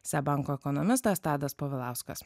seb banko ekonomistas tadas povilauskas